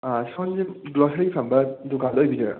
ꯁꯣꯝꯁꯤ ꯒ꯭ꯔꯣꯁꯔꯤ ꯐꯝꯕ ꯗꯨꯀꯥꯟꯗꯨ ꯑꯣꯏꯕꯤꯗꯣꯏꯔꯥ